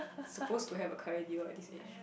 suppose to have a car radio at this age